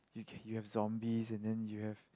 you can you have zombies and then you have